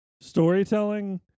Storytelling